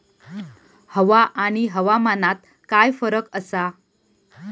हवा आणि हवामानात काय फरक असा?